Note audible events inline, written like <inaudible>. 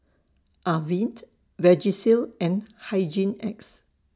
Avene <unintelligible> Vagisil and Hygin X